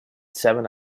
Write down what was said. seven